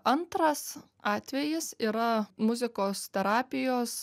antras atvejis yra muzikos terapijos